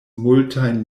multajn